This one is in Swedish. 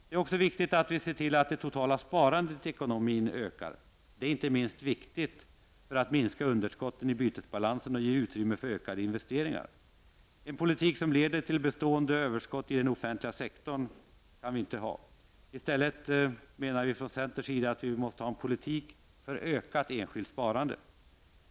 Det är också viktigt att vi ser till att det totala sparandet i ekonomin ökar. Det är inte minst viktigt för att minska underskottet i bytesbalansen och ge utrymme för ökade investeringar. En politik som leder till bestående överskott i den offentliga sektorn kan vi inte ha. I stället menar vi i centern att vi måste ha en politik som stimulerar till ökat enskilt sparande.